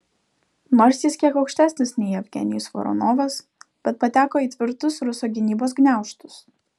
nors jis kiek aukštesnis nei jevgenijus voronovas bet pateko į tvirtus ruso gynybos gniaužtus